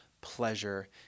pleasure